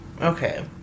Okay